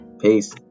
Peace